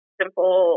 simple